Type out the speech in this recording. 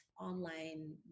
online